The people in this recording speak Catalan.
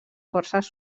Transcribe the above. forces